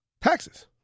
taxes